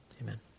amen